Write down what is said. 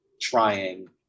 trying